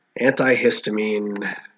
Antihistamine